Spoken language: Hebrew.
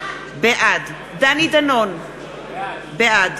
בעד דני דנון, בעד